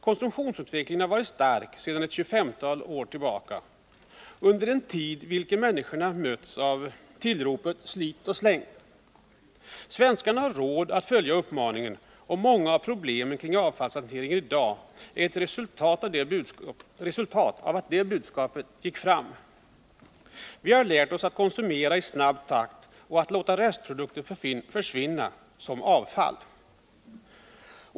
Konsumtionsutvecklingen har varit stark sedan ett tjugofemtal år tillbaka — en tid under vilken människorna mötts av tillropet ”Slit och släng!” Svenskarna har haft råd att följa den uppmaningen, och många av problemen kring avfallshanteringen i dag är ett resultat av att det budskapet gick fram. Vi har lärt oss att konsumera i snabb takt och att låta restprodukter försvinna som avfall.